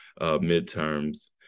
midterms